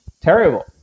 terrible